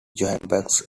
johannesburg